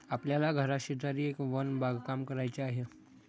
आपल्या घराशेजारी एक वन बागकाम करायचे आहे